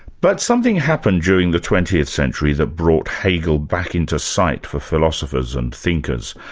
but something happened during the twentieth century that brought hegel back into sight for philosophers and thinkers,